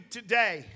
today